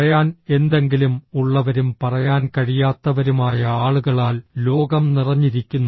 പറയാൻ എന്തെങ്കിലും ഉള്ളവരും പറയാൻ കഴിയാത്തവരുമായ ആളുകളാൽ ലോകം നിറഞ്ഞിരിക്കുന്നു